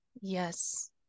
Yes